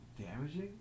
damaging